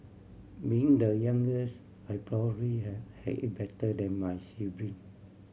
being the youngest I hey had it better than my sibling